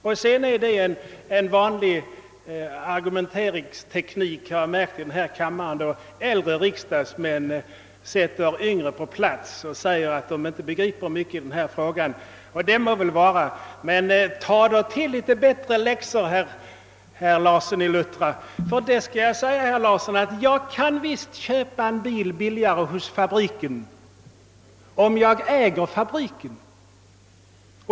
Jag har märkt att det är en i denna kammare icke ovanlig argumenteringsteknik att äldre riksdagsmän sätter yngre ledamöter på plats genom att säga att dessa inte begriper mycket av den fråga som behandlas. Detta må så vara, men då bör man, herr Larsson i Luttra, komma med något bättre valda läxor. Jag kan visst, herr Larsson, köpa en bil billigare hos fabriken — om jag äger fabriken.